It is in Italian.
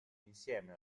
insieme